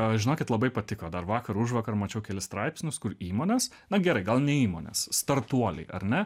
žinokit labai patiko dar vakar užvakar mačiau kelis straipsnius kur įmonės na gerai gal ne įmonės startuoliai ar ne